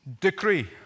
decree